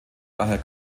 daher